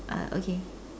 uh okay